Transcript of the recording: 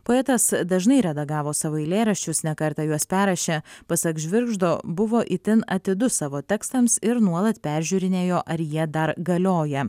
poetas dažnai redagavo savo eilėraščius ne kartą juos perrašė pasak žvirgždo buvo itin atidus savo tekstams ir nuolat peržiūrinėjo ar jie dar galioja